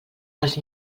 els